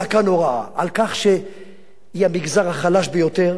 כך שהיא המגזר החלש ביותר בחברה הישראלית.